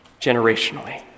Generationally